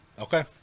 Okay